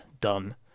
done